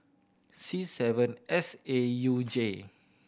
C seven S A U J